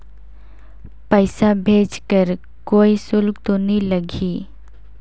पइसा भेज कर कोई शुल्क तो नी लगही?